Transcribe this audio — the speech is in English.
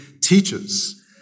teaches